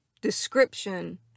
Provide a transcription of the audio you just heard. description